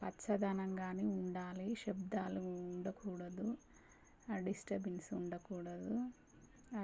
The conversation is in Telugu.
పచ్చదనం గానీ ఉండాలి శబ్దాలు ఉండకూడదు డిస్ట్రబెన్స్ ఉండకూడదు